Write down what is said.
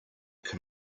can